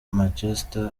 manchester